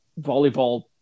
volleyball